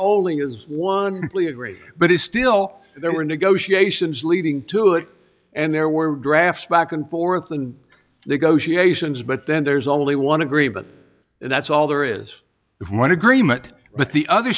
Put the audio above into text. only is one plea agree but it's still there were negotiations leading to it and there were drafts back and forth and they go she ations but then there's only one agreement that's all there is one agreement but the other